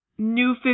New